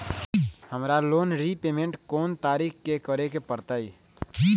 हमरा loan repayment कोन तारीख के करे के परतई?